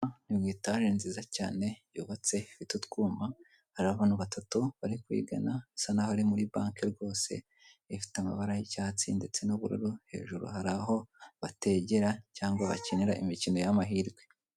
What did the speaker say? Inzu nziza cyane yubatse, ifite utwuma. Hari abantu batatu bari kugana, aho iri muri banki rwose. Ifite amabara y'icyatsi ndetse n'ubururu, hejuru hari aho bategera cyangwa bakinira imikino y'amahirwe.